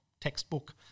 textbook